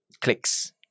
clicks